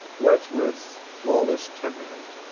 wordsworth's flawless temperament,